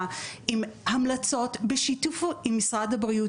עם המלצות בשיתוף עם משרד הבריאות.